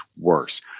worse